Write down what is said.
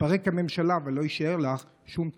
תתפרק הממשלה ולא יישאר לך שום טיקטוק.